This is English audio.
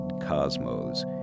cosmos